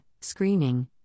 Screening